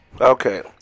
Okay